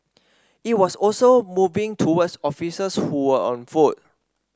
it was also moving towards officers who were on foot